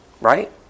Right